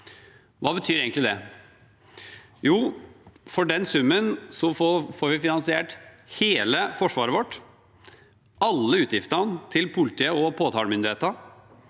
Hva betyr egentlig det? Jo, for den summen får vi finansiert hele forsvaret vårt, alle utgiftene til politiet og påtalemyndigheten,